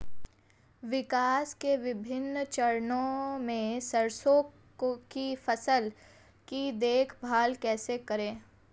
विकास के विभिन्न चरणों में सरसों की फसल की देखभाल कैसे करें?